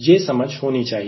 यह समझ होनी चाहिए